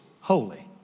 holy